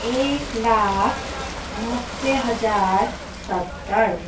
एक लाख नब्बे हजार सत्तर